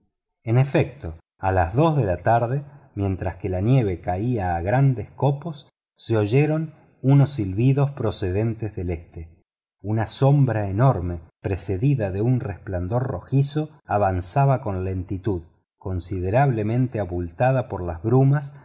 en efecto a las dos de la tarde mientras que la nieve caía a grandes copos se oyeron unos silbidos procedentes del este una sombra enorme precedida de un resplandor rojizo avanzaba con lentitud considerablemente abultada por las brumas